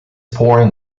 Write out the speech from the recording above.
pouring